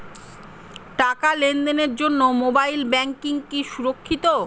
টাকা লেনদেনের জন্য মোবাইল ব্যাঙ্কিং কি সুরক্ষিত?